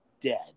dead